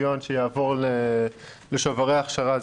מיליון שיעברו לשוברי הכשרה.